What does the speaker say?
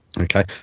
okay